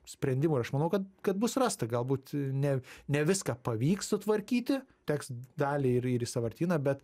sprendimų ir aš manau kad kad bus rasta galbūt ne ne viską pavyks sutvarkyti teks dalį ir ir į sąvartyną bet